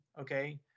okay